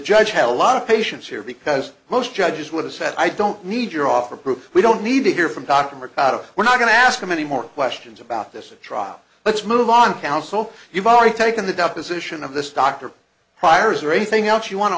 judge had a lot of patience here because most judges would have said i don't need your offer proof we don't need to hear from dr mercado we're not going to ask him any more questions about this a trial let's move on counsel you've already taken the deposition of this doctor hires or anything else you want to